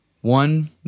One